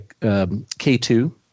K2